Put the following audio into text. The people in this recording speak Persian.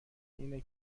اینه